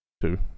Two